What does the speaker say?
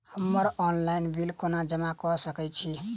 हम्मर online bill कोना जमा कऽ सकय छी?